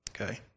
Okay